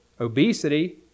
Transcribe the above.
obesity